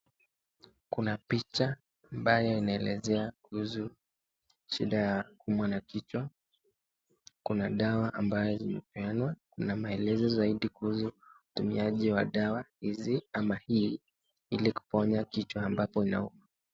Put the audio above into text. Kuna picha ambayo inaelezea kuhusu shida ya kuumwa na kichwa. Kuna dawa ambayo imepeanwa na maelezo zaidi kuhusu utumiaji wa dawa hizi ama hii ili kuponya kichwa ambapo inauma.